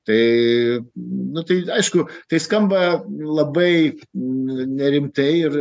tai nu tai aišku tai skamba labai nerimtai ir